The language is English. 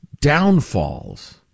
downfalls